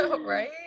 Right